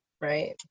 right